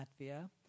Latvia